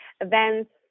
events